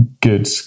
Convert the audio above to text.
good